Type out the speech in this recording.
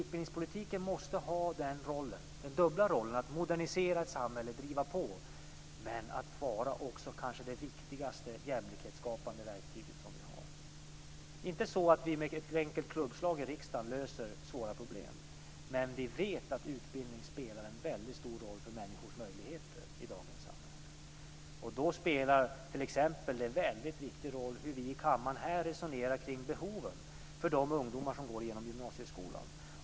Utbildningspolitiken måste ha den dubbla rollen att modernisera ett samhälle, driva på men att också vara det viktigaste jämlikhetsskapande verktyg vi har, inte så att vi med ett enkelt klubbslag i riksdagen löser svåra problem. Vi vet att utbildning spelar en väldigt stor roll för människors möjligheter i dagens samhälle. Då spelar det t.ex. väldigt stor roll hur vi i kammaren resonerar kring behoven för de ungdomar som går i gymnasieskolan.